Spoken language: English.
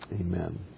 Amen